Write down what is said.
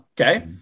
okay